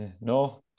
No